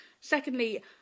Secondly